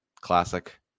Classic